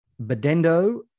Bedendo